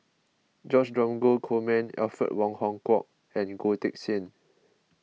George Dromgold Coleman Alfred Wong Hong Kwok and Goh Teck Sian